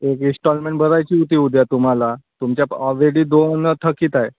एक इस्टॉलमेंट भरायची होती उद्या तुम्हाला तुमच्या ऑलरेडी दोन थकीत आहे